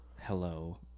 Hello